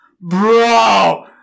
bro